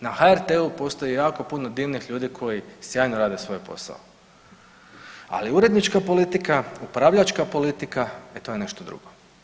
Na HRT-u postoji jako puno divnih ljudi koji sjajno rade svoj posao, ali urednička politika, upravljačka politika e to je nešto drugo.